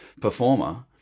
performer